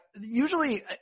usually –